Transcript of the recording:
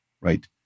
right